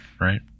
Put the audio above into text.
right